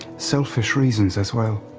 selfish reasons as well.